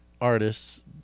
artists